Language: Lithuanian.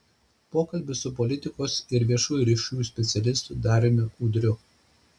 pokalbis su politikos ir viešųjų ryšių specialistu dariumi udriu